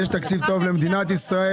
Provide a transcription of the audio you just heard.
יש תקציב טוב למדינת ישראל,